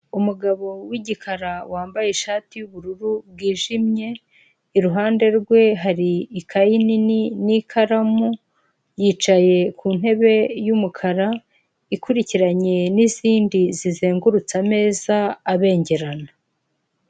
Umugabo wgikara wambaye ishati y'ubururu bwijimye iruhande rwe hari ikaye nini n'ikaramu yicaye ku ntebe y'umukara ikurikiranye n'izindi zizengurutse ameza abengerana.